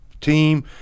team